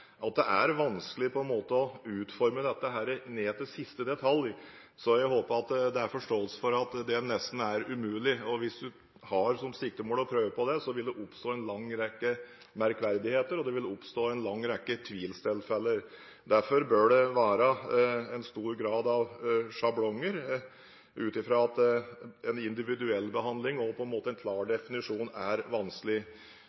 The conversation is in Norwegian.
vanskelig å utforme dette ned til siste detalj, så jeg håper det er forståelse for at det nesten er umulig. Hvis en har som siktemål å prøve på det, vil det oppstå en lang rekke merkverdigheter, og det vil oppstå en lang rekke tvilstilfeller. Det bør derfor være en stor grad av sjablonger, ettersom individuell behandling og en klar definisjon er vanskelig. Jeg har for så vidt ingenting imot å gå tilbake i krønikene og